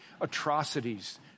atrocities